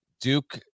duke